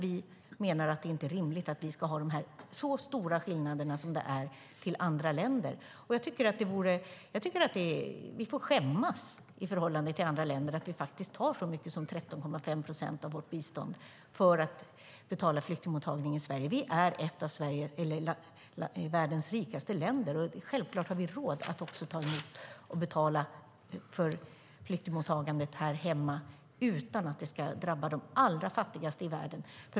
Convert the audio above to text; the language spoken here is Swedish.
Vi menar att det inte är rimligt med så stora skillnader i förhållande till andra länder. Vi får skämmas att vi tar så mycket som 13,5 procent av vårt bistånd för att betala flyktingmottagningen i Sverige. Vi är ett av världens rikaste länder, och självklart har vi råd att betala för flyktingmottagandet här hemma utan att det ska drabba de allra fattigaste i världen.